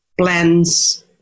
plans